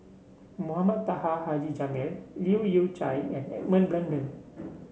Mohamed Taha Haji Jamil Leu Yew Chye and Edmund Blundell